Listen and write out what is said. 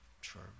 sure